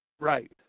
Right